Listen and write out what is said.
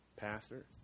Pastor